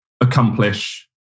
accomplish